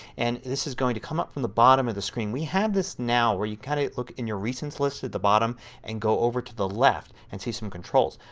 and this is going to come up from the bottom of the screen. we have this now where you kind of look in your recents list at the bottom at and go over to the left and see some controls.